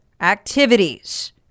activities